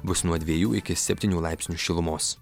bus nuo dviejų iki septynių laipsnių šilumos